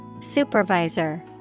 supervisor